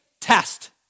Test